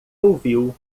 ouviu